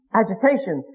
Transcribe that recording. agitation